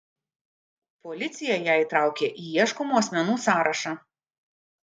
policija ją įtraukė į ieškomų asmenų sąrašą